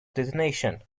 detonation